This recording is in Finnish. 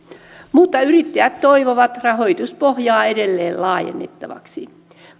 mutta yrittäjät toivovat rahoituspohjaa edelleen laajennettavaksi